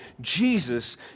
Jesus